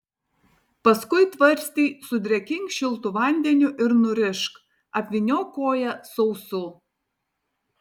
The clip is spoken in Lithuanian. paskui tvarstį sudrėkink šiltu vandeniu ir nurišk apvyniok koją sausu